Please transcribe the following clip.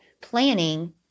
planning